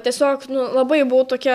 tiesiog nu labai buvau tokia